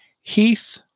Heath